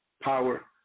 power